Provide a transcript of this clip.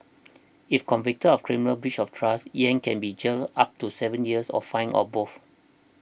if convicted of criminal breach of trust Yang can be jailed up to seven years or fined or both